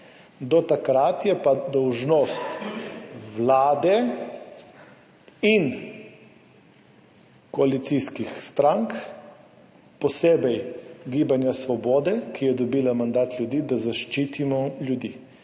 Do takrat je pa dolžnost Vlade in koalicijskih strank, posebej Gibanja Svoboda, ki je dobila mandat ljudi, da zaščitimo ljudi.